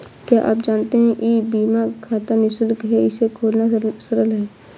क्या आप जानते है ई बीमा खाता निशुल्क है, इसे खोलना सरल है?